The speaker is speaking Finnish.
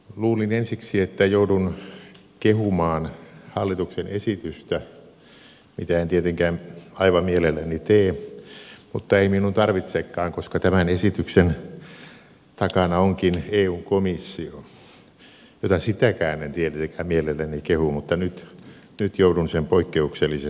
luulin ensiksi että joudun kehumaan hallituksen esitystä mitä en tietenkään aivan mielelläni tee mutta ei minun tarvitsekaan koska tämän esityksen takana onkin eun komissio jota sitäkään en tietenkään mielelläni kehu mutta nyt joudun sen poikkeuksellisesti tekemään